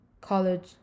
college